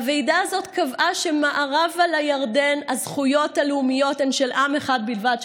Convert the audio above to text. הוועידה הזאת קבעה שמערבה לירדן הזכויות הלאומיות הן של עם אחד בלבד,